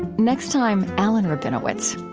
next time, alan rabinowitz.